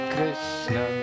Krishna